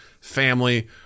family